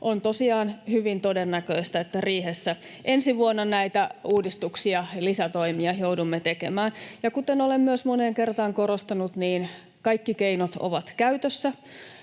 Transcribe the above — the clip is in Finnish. on tosiaan hyvin todennäköistä, että riihessä ensi vuonna näitä uudistuksia ja lisätoimia joudumme tekemään. Ja kuten olen myös moneen kertaan korostanut, kaikki keinot ovat käytössä.